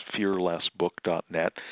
fearlessbook.net